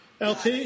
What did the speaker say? LT